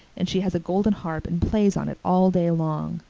and she has a golden harp and plays on it all day long.